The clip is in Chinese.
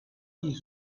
艺术